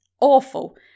awful